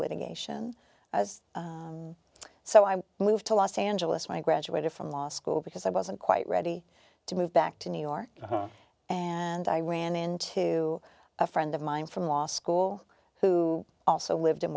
litigation as so i moved to los angeles when i graduated from law school because i wasn't quite ready to move back to new york and i ran into a friend of mine from law school who also lived